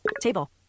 table